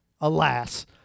alas